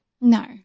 No